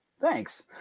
Thanks